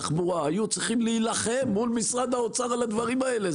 תחבורה היו צריכים להילחם מול משרד האוצר על הדברים האלה.